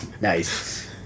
Nice